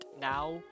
now